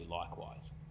likewise